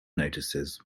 notices